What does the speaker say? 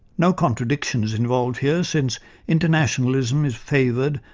no contradiction is involved here, since internationalism is favoured,